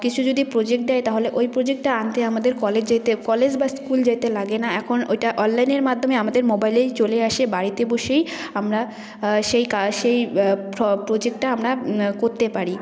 কিছু যদি প্রজেক্ট দেয় তাহলে ওই প্রজেক্টটা আনতে আমাদের কলেজ যেতে কলেজ বা স্কুল যেতে লাগে না এখন ওটা অললাইনের মাধ্যমে আমাদের মোবাইলেই চলে আসে বাড়িতে বসেই আমরা সেই সেই প্রজেক্টটা আমরা করতে পারি